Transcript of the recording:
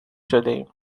شدهایم